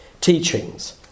teachings